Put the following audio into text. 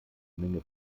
menge